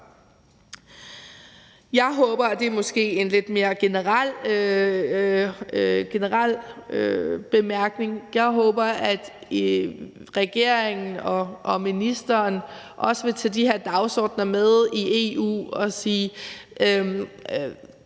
bemærkning, at regeringen og ministeren også vil tage de her dagsordener med i EU og sige,